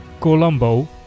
Colombo